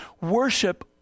worship